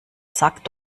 sagt